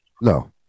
no